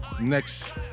Next